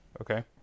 okay